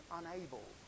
unable